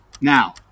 Now